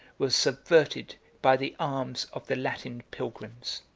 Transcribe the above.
was subverted by the arms of the latin pilgrims.